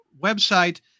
website